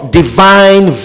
divine